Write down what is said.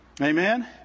Amen